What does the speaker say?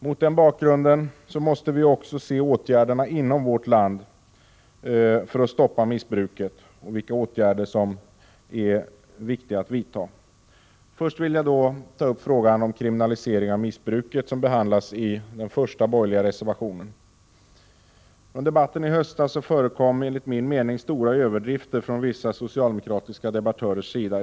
Mot denna bakgrund måste vi också se på vilka åtgärder inom vårt land för att stoppa missbruket som är viktiga att vidta. I det sammanhanget vill jag först ta upp frågan om kriminalisering av missbruket, som behandlas i den första borgerliga reservationen. I debatten i höstas förekom enligt min mening stora överdrifter från vissa socialdemokratiska debattörers sida.